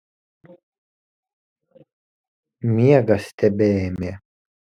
miegas tebeėmė